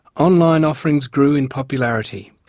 online offerings grew in popularity.